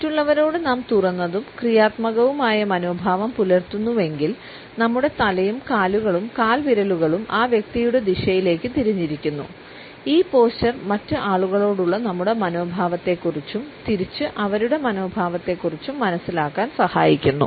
മറ്റുള്ളവരോട് നാം തുറന്നതും ക്രിയാത്മകവുമായ മനോഭാവം പുലർത്തുന്നുവെങ്കിൽ നമ്മുടെ തലയും കാലുകളും കാൽവിരലുകളും ആ വ്യക്തിയുടെ ദിശയിലേക്ക് തിരിഞ്ഞിരിക്കുന്നു ഈ പോസ്ചർ മറ്റ് ആളുകളോടുള്ള നമ്മുടെ മനോഭാവത്തെക്കുറിച്ചും തിരിച്ചു അവരുടെ മനോഭാവത്തെക്കുറിച്ചും മനസ്സിലാക്കാൻ സഹായിക്കുന്നു